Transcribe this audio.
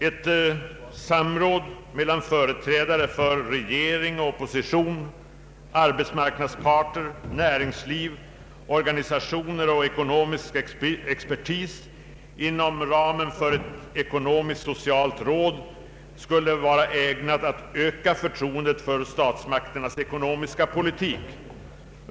Ett institutionaliserat samråd mellan företrädare för regering och opposition, arbetsmarknadsparter, näringsliv, organisationer och ekonomisk expertis inom ramen för ett ekonomisk-socialt råd skulle vara ägnat att öka förtroendet för statsmakternas ekonomiska politik.